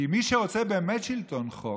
כי מי שרוצה באמת שלטון חוק,